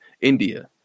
India